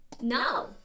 No